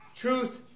truth